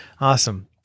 Awesome